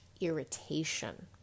irritation